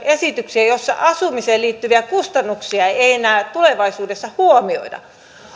esityksiä joissa asumiseen liittyviä kustannuksia ei ei enää tulevaisuudessa huomioida